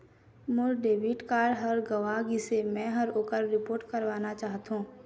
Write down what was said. मोर debit card ह गंवा गिसे, मै ह ओकर रिपोर्ट करवाना चाहथों